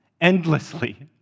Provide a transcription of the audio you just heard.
endlessly